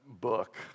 book